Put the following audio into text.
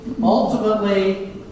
ultimately